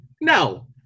No